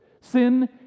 Sin